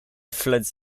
floods